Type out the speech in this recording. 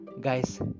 guys